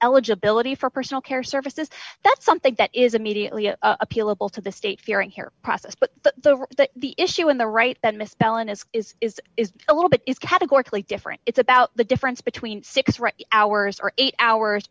eligibility for personal care services that's something that is immediately appealable to the state fearing here process but the issue in the right that misspelling is is is is a little bit is categorically different it's about the difference between six hours or eight hours